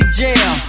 jail